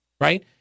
Right